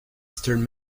stern